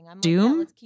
doom